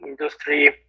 industry